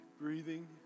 breathing